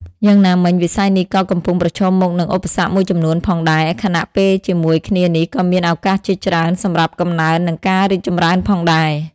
យ៉ាងណាមិញ វិស័យនេះក៏កំពុងប្រឈមមុខនឹងឧបសគ្គមួយចំនួនផងដែរ ខណៈពេលជាមួយគ្នានេះក៏មានឱកាសជាច្រើនសម្រាប់កំណើន និងការរីកចម្រើនផងដែរ ។